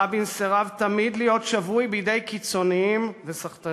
רבין סירב תמיד להיות שבוי בידי קיצונים וסחטנים.